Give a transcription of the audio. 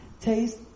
Taste